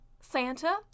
Santa